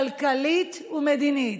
כלכלית ומדינית,